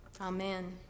Amen